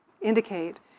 indicate